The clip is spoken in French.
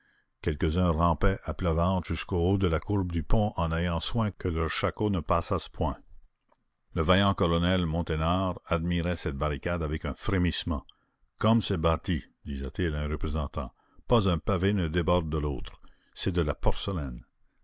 quelques-uns rampaient à plat ventre jusqu'au haut de la courbe du pont en ayant soin que leurs shakos ne passassent point le vaillant colonel monteynard admirait cette barricade avec un frémissement comme c'est bâti disait-il à un représentant pas un pavé ne déborde de l'autre c'est de la porcelaine